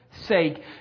sake